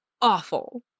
awful